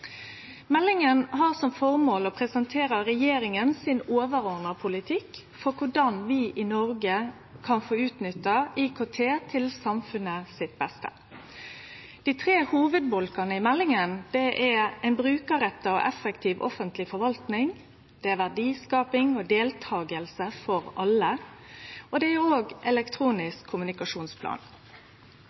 Meldinga har som føremål å presentere regjeringa sin overordna politikk for korleis vi i Noreg kan få utnytta IKT til samfunnet sitt beste. Dei tre hovudbolkane i meldinga er ei brukarretta og effektiv offentleg forvaltning, verdiskaping og deltaking for alle og elektronisk kommunikasjonsplan.